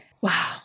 Wow